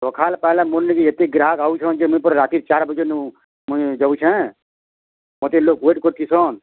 ସଖାଳ୍ ପାଇଲା ବୁଲିକି ଏତେ ଗ୍ରାହାକ୍ ଆଉଛନ୍ ଯେ ମୁଇଁ ପରା ରାତି ଚାର୍ ବଜେନୁ ମୁଇଁ ଯାଉଛେଁ ମୋତେ ଲୋକ୍ ୱେଟ୍ କରୁଛି ସନ୍